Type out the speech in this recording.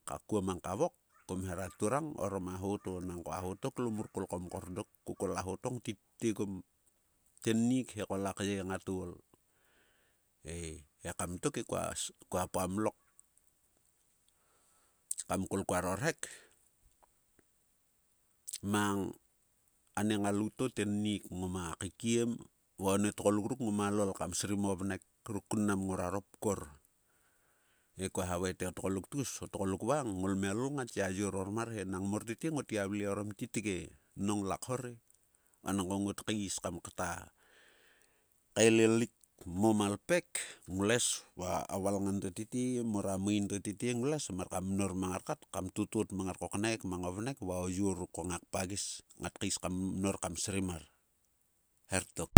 Kuo mang ka vok, kom hera turang orom a ho to, nangko aho to, klo mur kol ko mkor dok, ko kol a ho to ngtit tiegom tennik he ko, lak yei ngat ol. Eii ekam tok e kua pamlok, kam kol kuaro rhek mang a nie ngalout to tennik ngoma kaikiem va one tgoluk ruk ngoma lol kam srim o vnek ruk kun mnam ngora ro pkor. He kua ha vae te o tgoluk tgus, o tgoluk vang ngolmial ngat yayor ormar he nang mor tete, ngot gia vle orom titge, nong la khor e. Vanangko ngot kais kam ktakaelalik mo malpek, glues va a valngam to tete, mor a main to tete nglues mar kam mnor mang ngar kat, kam totot mang ngar koknaik mang o vnek va o yor ruk ko ngak pagis, ngat kais kam mnor kam srim mar, her tok